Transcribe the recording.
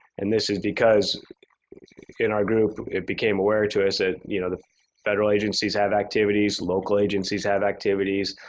and this is because in our group, it became aware to us that, ah you know, the federal agencies have activities, local agencies have activities,